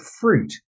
fruit